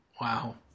Wow